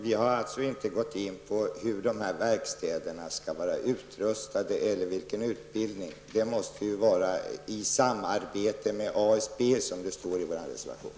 Vi har således inte tagit ställning till frågan hur verkstäderna skall vara utrustade och vilken utbildning personalen skall ha. Det måste ske i samarbete med ASB, som det också står i vår reservation.